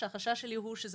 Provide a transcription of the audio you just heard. שהחשש שלי הוא שזה